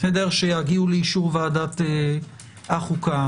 שיגיעו לאישור ועדת החוקה.